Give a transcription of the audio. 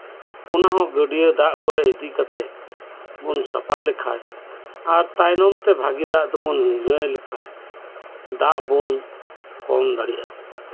ᱚᱱᱟᱦᱚᱸ ᱜᱟᱹᱰᱭᱟᱹ ᱫᱟᱜ ᱠᱚᱨᱮᱫ ᱤᱫᱤ ᱠᱟᱛᱮᱫ ᱵᱚᱱ ᱥᱟᱯᱷᱟ ᱞᱮᱠᱷᱟᱱ ᱟᱨ ᱛᱟᱭᱚᱢ ᱛᱮ ᱵᱷᱟᱹᱜᱤ ᱫᱟᱜ ᱛᱮᱵᱚᱱ ᱦᱤᱱᱦᱟᱹᱲ ᱞᱮᱠᱷᱟᱱ ᱫᱟᱜ ᱵᱚᱱ ᱠᱚᱢ ᱫᱟᱲᱮᱭᱟᱜᱼᱟ